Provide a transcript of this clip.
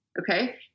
Okay